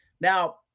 Now